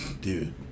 Dude